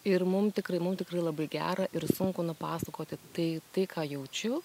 ir mum tikrai mum tikrai labai gera ir sunku nupasakoti tai tai ką jaučiu